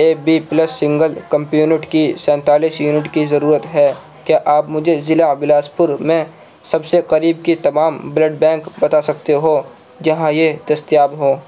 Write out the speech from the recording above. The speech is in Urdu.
اے بی پلس سنگل کمپیونٹ کی سینتالیس یونٹ کی ضرورت ہے کیا آپ مجھے ضلع بلاسپور میں سب سے قریب کے تمام بلڈ بینک بتا سکتے ہو جہاں یہ دستیاب ہو